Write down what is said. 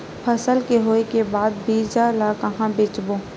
फसल के होय के बाद बीज ला कहां बेचबो?